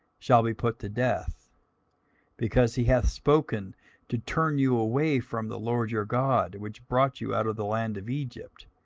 shall be put to death because he hath spoken to turn you away from the lord your god, which brought you out of the land of egypt,